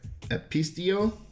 epistio